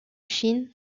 chine